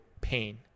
pain